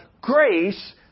grace